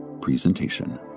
presentation